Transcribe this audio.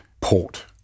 port